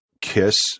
Kiss